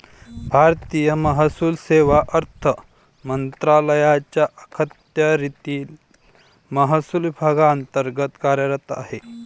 भारतीय महसूल सेवा अर्थ मंत्रालयाच्या अखत्यारीतील महसूल विभागांतर्गत कार्यरत आहे